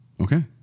Okay